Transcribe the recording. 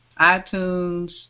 iTunes